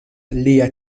lia